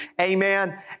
Amen